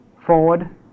forward